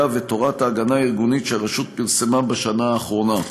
ותורת ההגנה הארגונית שהרשות פרסמה בשנה האחרונה.